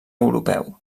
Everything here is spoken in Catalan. europeu